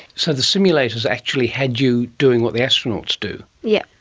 so the simulators actually had you doing what the astronauts do? yes,